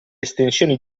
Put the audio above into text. estensioni